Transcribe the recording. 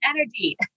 energy